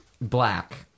black